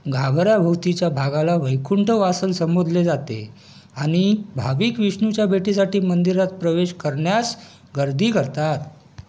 गाभाऱ्याभोवतीच्या भागाला वैकुंठ वासल संबोधले जाते आणि भाविक विष्णूच्या भेटीसाठी मंदिरात प्रवेश करण्यास गर्दी करतात